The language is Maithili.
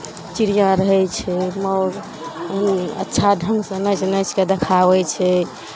चिड़ियाँ रहै छै मोर ओ अच्छा ढङ्गसँ नाचि नाचि कऽ देखाबै छै